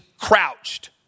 crouched